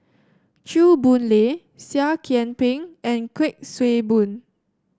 Chew Boon Lay Seah Kian Peng and Kuik Swee Boon